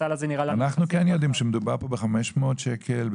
אנחנו כן יודעים שמדובר פה ב-500 שקלים,